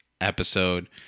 episode